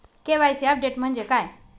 KYC update म्हणजे काय?